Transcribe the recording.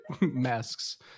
masks